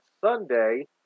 Sunday